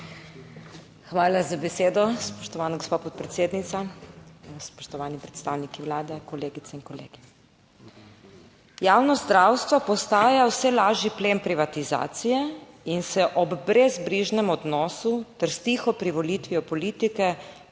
Hvala za besedo, spoštovana gospa podpredsednica. Spoštovani predstavniki Vlade, kolegice in kolegi! "Javno zdravstvo postaja vse lažji plen privatizacije in se ob brezbrižnem odnosu ter s tiho privolitvijo politike